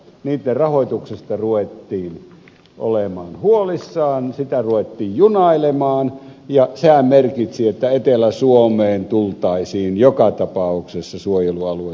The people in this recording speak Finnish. niitten rahoituksesta ruvettiin olemaan huolissaan sitä ruvettiin junailemaan ja sehän merkitsi että etelä suomeen tultaisiin joka tapauksessa suojelualueita perustamaan